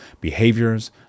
behaviors